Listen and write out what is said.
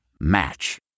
Match